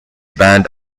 band